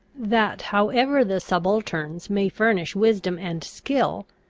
that, however the subalterns may furnish wisdom and skill,